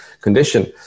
condition